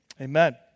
Amen